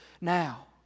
now